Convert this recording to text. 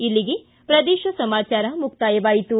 ಇಲ್ಲಿಗೆ ಪ್ರದೇಶ ಸಮಾಚಾರ ಮುಕ್ತಾಯವಾಯಿತು